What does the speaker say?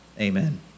Amen